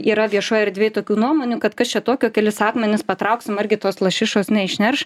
yra viešoj erdvėj tokių nuomonių kad kas čia tokio kelis akmenis patrauksim argi tos lašišos neišnerš